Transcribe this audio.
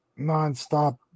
nonstop